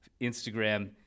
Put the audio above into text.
Instagram